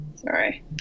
sorry